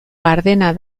gardena